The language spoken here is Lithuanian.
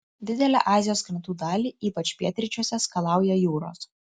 didelę azijos krantų dalį ypač pietryčiuose skalauja jūros